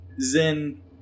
Zen